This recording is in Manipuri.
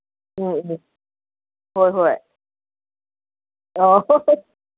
ꯎꯝ ꯎꯝ ꯍꯣꯏ ꯍꯣꯏ ꯑꯣ